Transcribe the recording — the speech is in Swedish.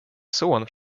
son